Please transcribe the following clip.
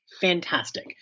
fantastic